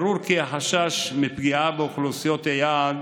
ברור כי החשש מפגיעה באוכלוסיות היעד